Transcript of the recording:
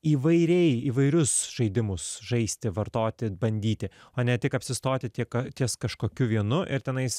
įvairiai įvairius žaidimus žaisti vartoti bandyti o ne tik apsistoti tiek ties kažkokiu vienu ir tenais